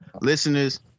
listeners